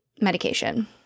medication